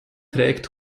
trägt